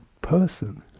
person